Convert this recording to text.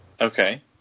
Okay